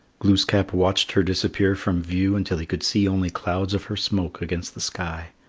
glooskap watched her disappear from view until he could see only clouds of her smoke against the sky.